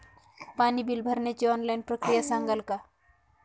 पाणी बिल भरण्याची ऑनलाईन प्रक्रिया सांगाल का?